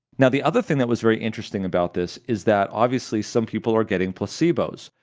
now the other thing that was very interesting about this is that obviously some people are getting placebos,